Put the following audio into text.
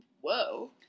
whoa